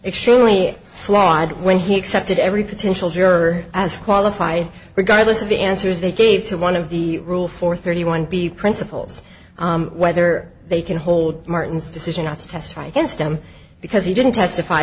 extremely flawed when he accepted every potential juror as qualified regardless of the answers they gave to one of the rule for thirty one b principles whether they can hold martin's decision not to testify against him because he didn't testify